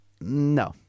No